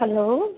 hello